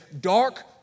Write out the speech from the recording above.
dark